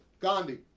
Gandhi